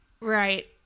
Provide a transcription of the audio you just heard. Right